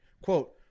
quote